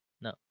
no